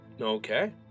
okay